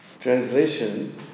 Translation